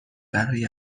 برای